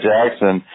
Jackson